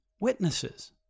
witnesses